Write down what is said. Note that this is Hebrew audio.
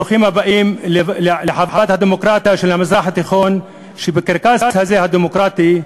ברוכים הבאים לחוות הדמוקרטיה של המזרח התיכון בקרקס הדמוקרטי הזה,